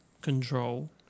Control